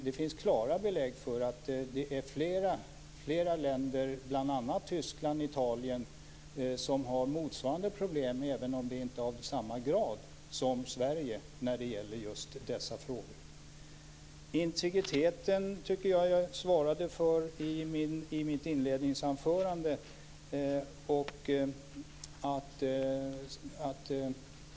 Det finns klara belägg för att det är flera länder, bl.a. Tyskland och Italien, som har motsvarande problem, även om de inte är av samma grad som i Sverige när det gäller dessa frågor. Frågan om integriteten klarade jag ut i mitt inledningsanförande.